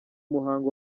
muhango